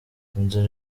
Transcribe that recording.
inzira